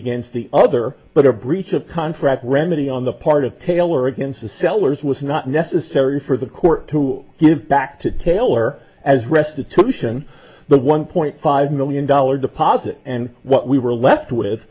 against the other but a breach of contract remedy on the part of taylor against the sellers was not necessary for the court to give back to taylor as restitution the one point five million dollar deposit and what we were left with